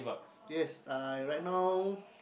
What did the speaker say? yes I right now